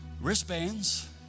wristbands